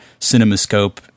Cinemascope